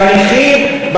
בנכים,